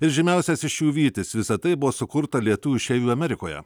ir žymiausias iš jų vytis visa tai buvo sukurta lietuvių išeivių amerikoje